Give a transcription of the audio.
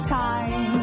time